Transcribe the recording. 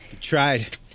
Tried